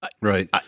Right